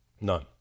None